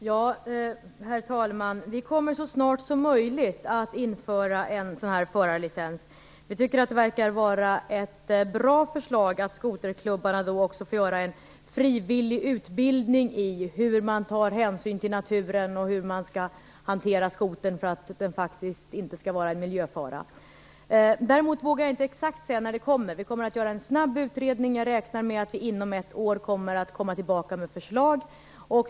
Herr talman! Vi kommer så snart som möjligt att införa krav på förarlicens. Vi tycker att det verkar vara ett bra förslag att skoterklubbarna då också får anordna en frivillig utbildning i hur man tar hänsyn till naturen och hur man skall hantera skotern för att den inte skall utgöra en miljöfara. Däremot vågar jag inte säga exakt när detta krav kommer att införas. Vi kommer att göra en snabb utredning. Jag räknar med att vi inom ett år skall kunna komma tillbaka med ett förslag.